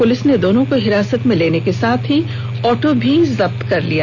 police ने दोनों को हिरासत में लेने के साथ ही ऑटो भी जप्त कर लिया